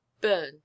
burn